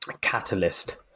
catalyst